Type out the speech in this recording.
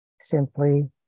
simply